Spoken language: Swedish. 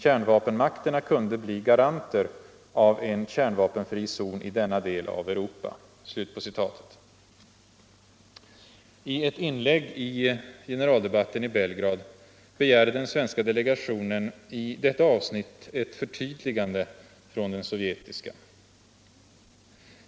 Kärnvapenmakterna kunde bli garanter av en kärnvapenfri zon i denna del av Europa.” I ett inlägg i generaldebatten i Belgrad begärde den svenska delegationen i detta avsnitt ett förtydligande från den sovjetiska.